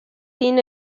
seen